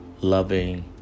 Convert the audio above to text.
loving